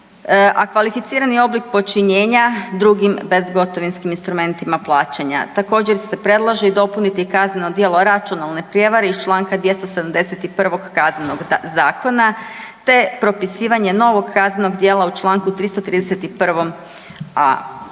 a kvalificirani oblik počinjenja drugim bezgotovinskim instrumentima plaćanja. Također se predlaže i dopuniti kazneno djelo računalne prijevare iz čl. 271. KZ-a te propisivanje novog kaznenog djela u čl. 331.a.